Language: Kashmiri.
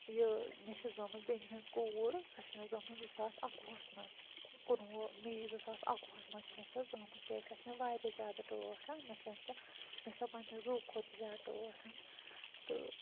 یہِ مےٚ چھِ زامٕژ بیٚنہِ ہٕنٛز کوٗر سۄ چھِ زامٕژ مےٚ زٕ ساس اَکوُہَس مَنٛز کُنوُہ مئی زٕ ساس اَکوُہَس مَنٛز چھَ مےٚ سۄ زامٕژ کیِٛازِ سۄ چھَ مےٚ واریاہ زیادِٕ ٹٲٹھ مےٚ چھَ سۄ مےٚ چھَ سۄ پَنٕنہٕ زُوٕ کھۄتہٕ زِیادٕ ٹٲٹھ تہٕ